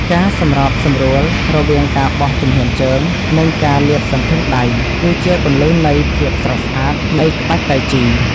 ការសម្របសម្រួលរវាងការបោះជំហានជើង និងការលាតសន្ធឹងដៃ គឺជាគន្លឹះនៃភាពស្រស់ស្អាតនៃក្បាច់តៃជី។